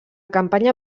campanya